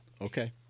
Okay